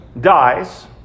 dies